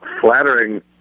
flattering